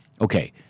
Okay